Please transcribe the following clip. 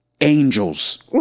angels